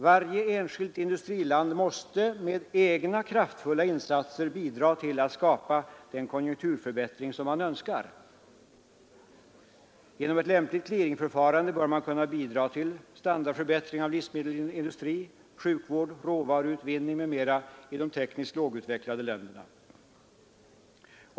Varje enskilt industriland måste med egna kraftfulla insatser bidra till att skapa den konjunkturförbättring som man önskar. Genom ett lämpligt clearingförfarande bör man kunna bidra till standardförbättring av livsmedelsindustrin, sjukvård, råvaruutvinning m.m. i de tekniskt lågutvecklade länderna.